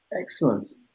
Excellent